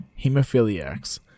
hemophiliacs